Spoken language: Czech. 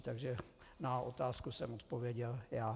Takže na otázku jsem odpověděl já.